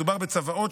מדובר בצוואות,